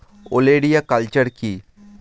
ওলেরিয়া কালচার কি?